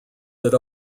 that